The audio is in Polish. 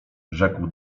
rzekł